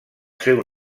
seu